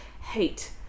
Hate